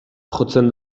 jotzen